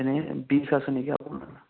এনেই বিষ আছে নেকি আপোনাৰ